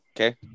Okay